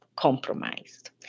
compromised